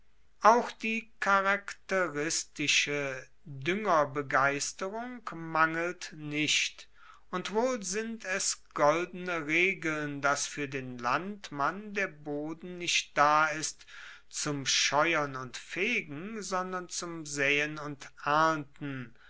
auch die charakteristische duengerbegeisterung mangelt nicht und wohl sind es goldene regeln dass fuer den landmann der boden nicht da ist zum scheuern und fegen sondern zum saeen und ernten